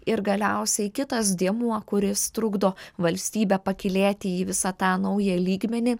ir galiausiai kitas dėmuo kuris trukdo valstybę pakylėti į visą tą naują lygmenį